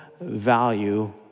value